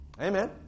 Amen